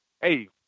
hey